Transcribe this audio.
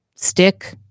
stick